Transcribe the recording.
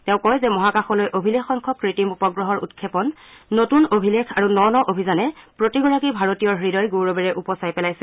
তেওঁ কয় যে মহাকাশলৈ অভিলেখ সংখ্যক কৃত্ৰিম উপগ্ৰহৰ উক্ষেপন নতুন অভিলেখ আৰু ন ন অভিযানে প্ৰতিগৰাকী ভাৰতীয়ৰ হৃদয় গৌৰৱেৰে উপচাই পেলাইছে